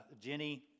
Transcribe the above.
Jenny